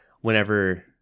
whenever